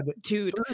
Dude